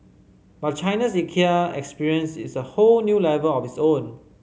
but China's Ikea experience is a whole new level of its own